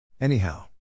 Anyhow